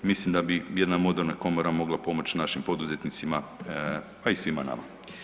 Mislim da bi jedna moderna komora mogla pomoći našim poduzetnicima a i svima nama.